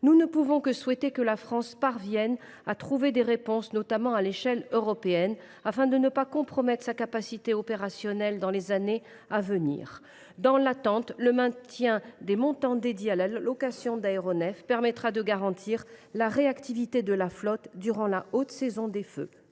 nous ne pouvons que souhaiter que la France parvienne à trouver des réponses, notamment à l’échelon européen, pour éviter de compromettre sa capacité opérationnelle dans les années à venir. Dans l’attente, le maintien des montants dédiés à la location d’aéronefs permettra de garantir la réactivité de la flotte durant la haute saison des feux.